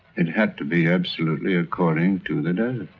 it had to be absolutely according to the desert.